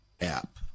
app